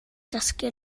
dysgu